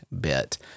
bit